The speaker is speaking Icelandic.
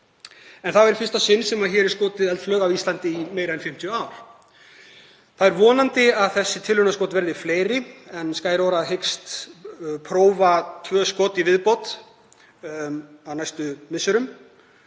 Það er í fyrsta sinn sem hér er skotið upp eldflaug á Íslandi í meira en 50 ár. Það er vonandi að þessi tilraunaskot verði fleiri en Skyrora hyggst prófa tvö skot í viðbót á næstu misserum